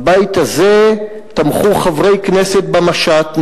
מהבית הזה תמכו חברי כנסת במשט,